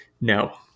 No